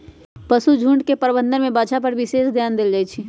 पशुझुण्ड के प्रबंधन में बछा पर विशेष ध्यान देल जाइ छइ